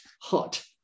hot